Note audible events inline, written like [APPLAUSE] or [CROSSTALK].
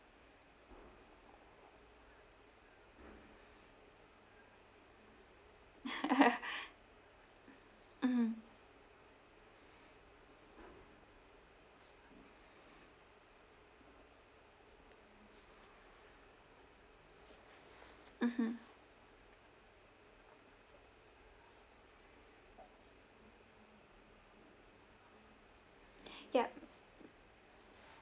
[LAUGHS] mmhmm mmhmm [BREATH] ya